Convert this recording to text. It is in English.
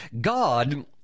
God